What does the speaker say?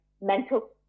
mental